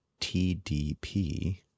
TDP